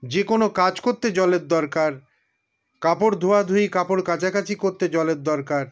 যেকোনো কাজ করতে জলের দরকার কাপড় ধোয়াধুয়ি কাপড় কাচাকাচি করতে জলের দরকার